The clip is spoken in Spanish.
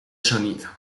sonido